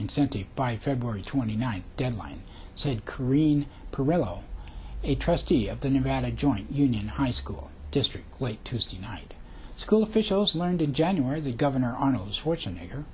incentive by february twenty ninth deadline said kareen pereiro a trustee of the nevada joint union high school district late tuesday night school officials learned in january the governor arnold schwarzenegger